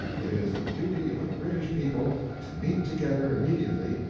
it is the duty of the british people to meet together immediately,